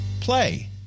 Play